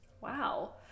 Wow